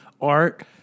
art